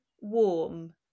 warm